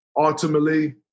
Ultimately